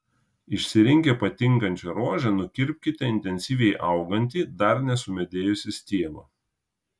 išsirinkę patinkančią rožę nukirpkite intensyviai augantį dar nesumedėjusį stiebą